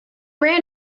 ran